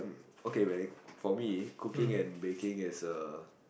okay for me cooking and baking is a